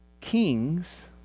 kings